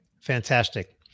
fantastic